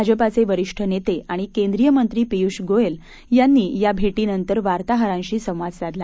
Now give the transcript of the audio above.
भाजपाचे वरिष्ठ नेते आणि केंद्रीय मंत्री पियुष गोयल यांनी या भेटीनंतर वार्ताहरांशी संवाद साधला